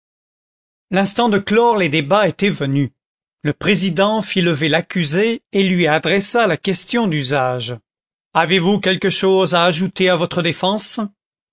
l'instant de clore les débats était venu le président fit lever l'accusé et lui adressa la question d'usage avez-vous quelque chose à ajouter à votre défense